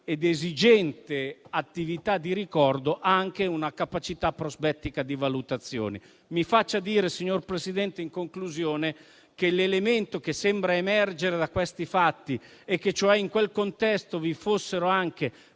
ed esigente attività di ricordo - anche una capacità di valutazioni prospettiche. Mi faccia dire, signor Presidente, in conclusione, che l'elemento che sembra emergere da questi fatti - che cioè in quel contesto vi fossero anche